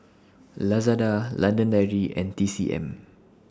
Lazada London Dairy and T C M